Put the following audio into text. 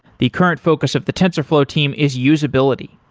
the current focus of the tensorflow team is usability.